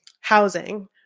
housing